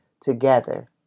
together